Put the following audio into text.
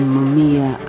Mumia